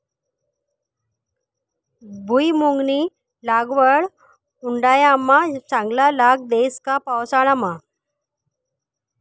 भुईमुंगनी लागवड उंडायामा चांगला लाग देस का पावसाळामा